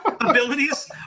abilities